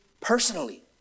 personally